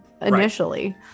initially